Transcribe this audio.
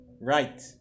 Right